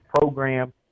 program